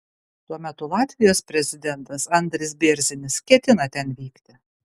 tuo metu latvijos prezidentas andris bėrzinis ketina ten vykti